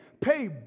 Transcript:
pay